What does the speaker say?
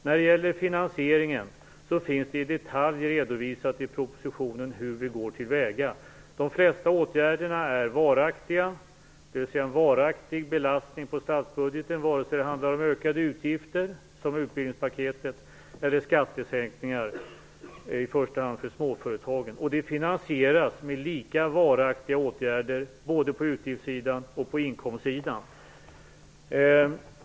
När det gäller finansieringen finns det i detalj redovisat i propositionen hur vi går till väga. De flesta åtgärderna är varaktiga, dvs. en varaktig belastning på statsbudgeten vare sig det handlar om ökade utgifter, som utbildningspaketet, eller skattesänkningar, i första hand för småföretagen. De finansieras med lika varaktiga åtgärder både på utgiftssidan och inkomstsidan.